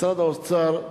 משרד האוצר,